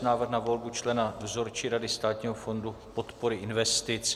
Návrh na volbu člena Dozorčí rady Státního fondu podpory investic